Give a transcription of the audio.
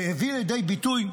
שהביא לידי ביטוי,